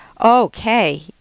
Okay